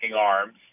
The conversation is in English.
arms